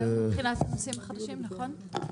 זה מבחינת הנושאים החדשים, נכון?